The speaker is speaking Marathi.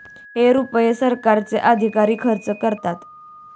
हे रुपये सरकारचे अधिकारी खर्च करतात